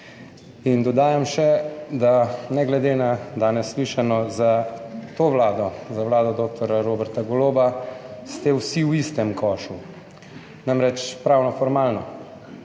In dodajam še, da ne glede na danes slišano za to Vlado, za vlado dr. Roberta Goloba, ste vsi v istem košu. Namreč, pravno formalno,